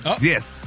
Yes